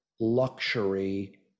luxury